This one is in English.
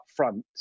upfront